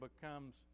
becomes